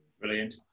Brilliant